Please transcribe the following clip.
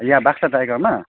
हाँ बाक्सा टाइगरमा